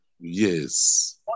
Yes